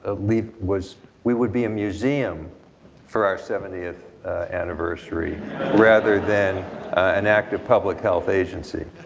ah lief was, we would be a museum for our seventieth anniversary rather than an active public health agency.